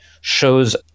shows